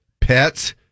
pets